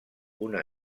una